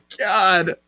God